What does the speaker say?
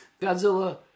Godzilla